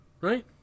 Right